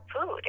food